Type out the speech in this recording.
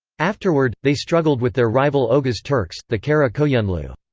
afterward, they struggled with their rival oghuz turks, the kara koyunlu.